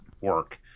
work